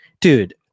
dude